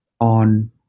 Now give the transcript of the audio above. on